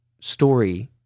story